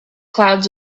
clouds